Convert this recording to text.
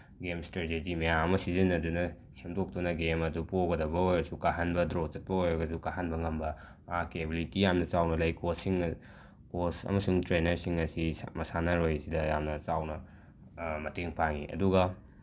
game strategy ꯃꯌꯥꯝ ꯑꯃ ꯁꯤꯖꯤꯟꯅꯗꯨꯅ ꯁꯦꯝꯗꯣꯛꯇꯨꯅ ꯒꯦꯝ ꯑꯗꯨ ꯄꯣꯒꯗꯕ ꯑꯣꯏꯔꯁꯨ ꯀꯥꯍꯟꯕ ꯗ꯭ꯔꯣ ꯆꯠꯄ ꯑꯣꯏꯔꯒꯁꯨ ꯀꯥꯍꯟꯕ ꯉꯝꯕ ꯃꯍꯥꯛꯀꯤ ꯑꯦꯕꯤꯂꯤꯇꯤ ꯌꯥꯝꯅ ꯆꯥꯎꯅ ꯂꯩ ꯀꯣꯁꯁꯤꯡꯅ ꯀꯣꯁ ꯑꯃꯁꯨꯡ ꯇ꯭ꯔꯦꯅꯔꯁꯤꯡ ꯑꯁꯤ ꯃꯁꯥꯟꯅꯔꯣꯏ ꯑꯁꯤꯗ ꯌꯥꯝꯅ ꯆꯥꯎꯅ ꯃꯇꯦꯡ ꯄꯥꯡꯉꯤ ꯑꯗꯨꯒ